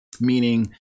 meaning